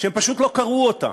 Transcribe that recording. שהם פשוט לא קראו אותה.